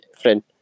friend